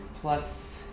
plus